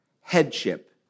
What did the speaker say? headship